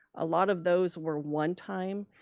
a lot of those were one time.